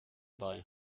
bei